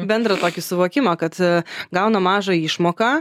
bendrą tokį suvokimą kad gaunu mažą išmoką